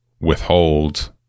withhold